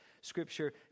scripture